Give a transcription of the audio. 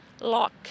lock